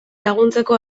laguntzeko